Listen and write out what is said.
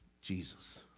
jesus